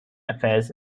affairs